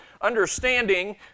understanding